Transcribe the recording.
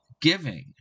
giving